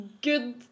Good